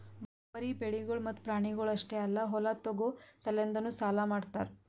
ಬರೀ ಬೆಳಿಗೊಳ್ ಮತ್ತ ಪ್ರಾಣಿಗೊಳ್ ಅಷ್ಟೆ ಅಲ್ಲಾ ಹೊಲ ತೋಗೋ ಸಲೆಂದನು ಸಾಲ ಮಾಡ್ತಾರ್